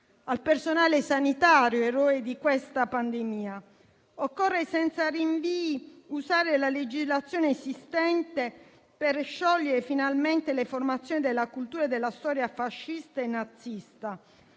al personale sanitario, eroe di questa pandemia. Occorre usare senza rinvii la legislazione esistente, per sciogliere finalmente le formazioni che si ispirano alla cultura e alla storia fascista e nazista;